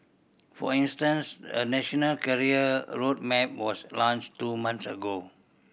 for instance a national career road map was launched two months ago